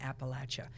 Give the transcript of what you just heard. Appalachia